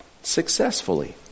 successfully